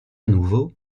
nouveau